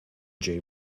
ġej